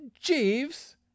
Jeeves